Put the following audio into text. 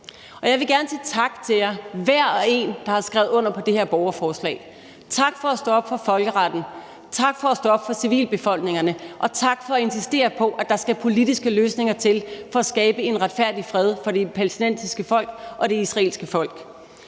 og jeg vil gerne sige tak til hver og en af jer, der har skrevet under på det her borgerforslag. Tak for at stå op for folkeretten, tak for at stå op for civilbefolkningerne, og tak for at insistere på, at der skal politiske løsninger til for at skabe en retfærdig fred for det palæstinensiske folk og det israelske folk.